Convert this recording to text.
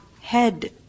Head